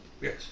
Yes